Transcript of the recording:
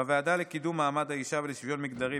בוועדה לקידום מעמד האישה ולשוויון מגדרי,